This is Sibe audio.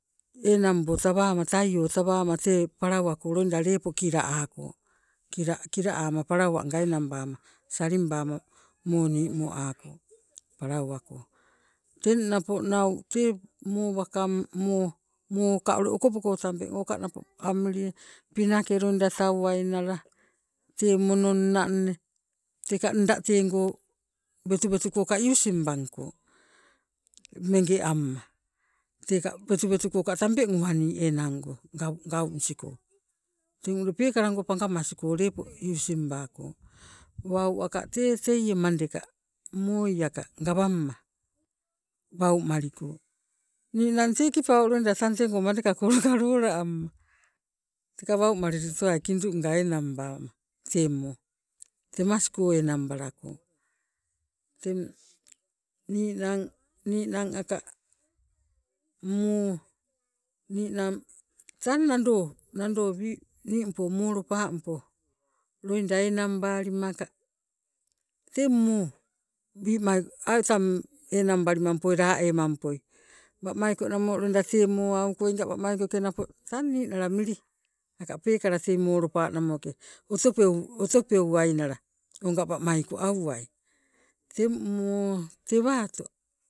Enangbo tawama, taio tawama tee palauwako loida lepo kila ako, kila kila ama palauwanga enangbama salimbama moni moako palauwako. Teng napo nau tee moo wakang moo, moo ka ule okopoko tabeng oka napo amili pinake loida tauwainala tee mononna inne teka nda teego wetuwetu koka using bangko, menge amma teka wetuwetuko tambeng uwani enango gau gaunisiko. Teng ule peekala panga masiko lepo using baako, wau aka tee teie mandeka mooii aka gawamma wau maliko. Ninang tee ikipau loida tang tee mandekako loida lola amma waumalili towai kidunga enang bama tee moo temasko enangbalako. Teng ninang, ninang aka moo ninang tang nando, nando ningpo moo lopampo enang balimaka tee moo wimai ai tang enang balimampoi laa emampoi wamaiko loida namo tee moo auko oiga wamaikoke napo tang ninala mili aka tang tei moo lopa namoke otopeu otopeuwainala oga wamaiko auwai. Teng moo tewaato